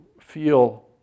feel